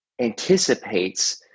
anticipates